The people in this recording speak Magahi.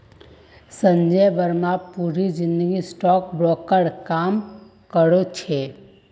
संजय बर्मा पूरी जिंदगी स्टॉक ब्रोकर काम करो छे